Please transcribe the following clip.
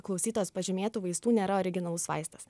klausytojos pažymėtų vaistų nėra originalus vaistas